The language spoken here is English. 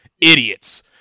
Idiots